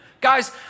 guys